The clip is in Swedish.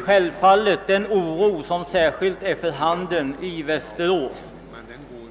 Självfallet förstår jag den oro som uppstått, särskilt i Västerås.